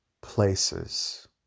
places